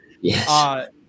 Yes